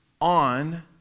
on